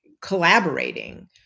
collaborating